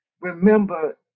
remember